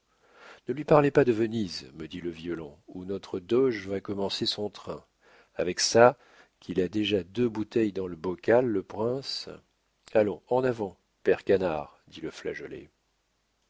ne lui parlez pas de venise me dit le violon ou notre doge va commencer son train avec ça qu'il a déjà deux bouteilles dans le bocal le prince allons en avant père canard dit le flageolet